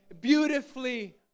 beautifully